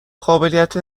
قابلیت